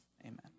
Amen